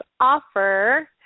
offer